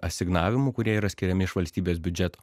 asignavimų kurie yra skiriami iš valstybės biudžeto